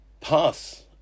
pass